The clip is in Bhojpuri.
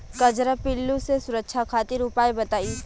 कजरा पिल्लू से सुरक्षा खातिर उपाय बताई?